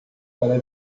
para